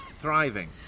thriving